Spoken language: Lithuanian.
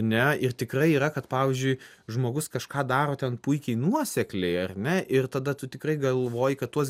ane ir tikrai yra kad pavyzdžiui žmogus kažką daro ten puikiai nuosekliai ar ne ir tada tu tikrai galvoji kad tuos